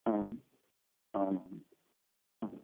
అవును అవునవును అవును